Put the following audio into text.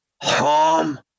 home